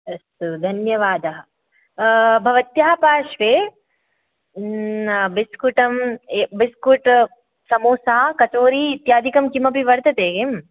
अस्तु धन्यवादः भवत्याः पार्श्वे बिस्कुटम् ए बिस्कुट् समोसा कटोरी इत्यादिकं किमपि वर्तते किम्